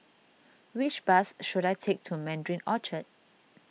which bus should I take to Mandarin Orchard